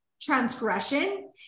transgression